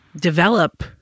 develop